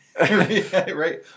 Right